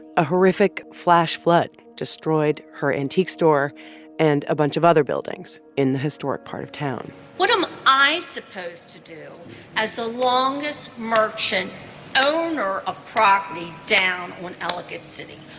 a horrific flash flood destroyed her antique store and a bunch of other buildings in the historic part of town what am i supposed to do as the longest merchant owner of property down on ellicott city?